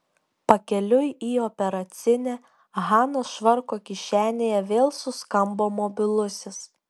pakeliui į operacinę hanos švarko kišenėje vėl suskambo mobilusis